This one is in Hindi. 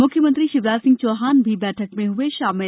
म्ख्यमंत्री शिवराज सिंह चौहान भी बैठक में हुए शामिल